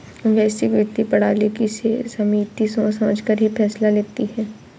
वैश्विक वित्तीय प्रणाली की समिति सोच समझकर ही फैसला लेती है